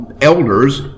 elders